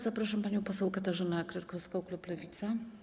Zapraszam panią poseł Katarzynę Kretkowską, klub Lewica.